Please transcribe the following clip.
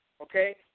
okay